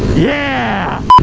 yeah!